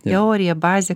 teorija bazė